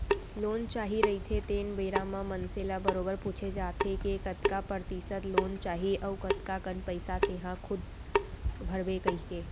loan चाही रहिथे तेन बेरा म मनसे ल बरोबर पूछे जाथे के कतका परतिसत लोन चाही अउ कतका कन पइसा तेंहा खूद भरबे कहिके